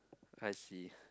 I see